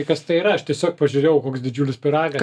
kas tai yra aš tiesiog pažiūrėjau koks didžiulis pyragas